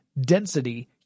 density